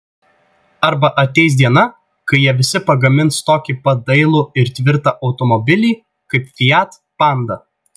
arba ateis diena kai jie visi pagamins tokį pat dailų ir tvirtą automobilį kaip fiat panda